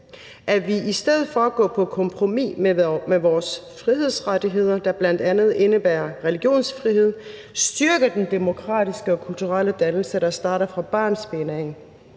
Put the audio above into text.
at vi i stedet for at gå på kompromis med vores frihedsrettigheder, der bl.a. indebærer religionsfrihed, styrker den demokratiske og kulturelle dannelse, der starter fra barnsben.